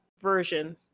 version